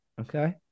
okay